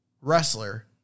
wrestler